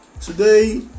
Today